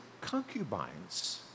concubines